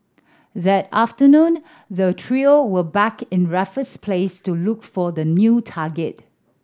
that afternoon the trio were back in Raffles Place to look for the new target